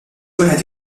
wieħed